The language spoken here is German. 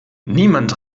niemand